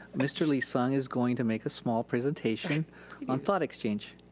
mr. lee-sung is going to make a small presentation on thought exchange.